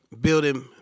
building